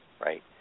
right